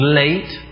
late